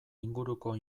inguruko